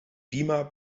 beamer